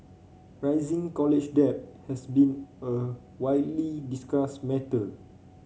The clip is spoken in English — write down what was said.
rising college debt has been a widely discussed matter